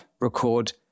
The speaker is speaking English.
record